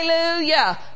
Hallelujah